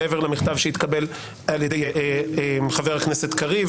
מעבר למכתב שהתקבל על ידי חבר הכנסת קריב